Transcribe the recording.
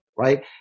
Right